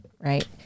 right